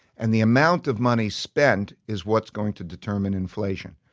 and the amount of money spent is what's going to determine inflation.